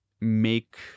make